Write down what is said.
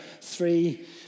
three